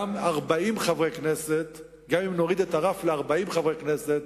גם אם נוריד את הרף ל-40 חברי כנסת,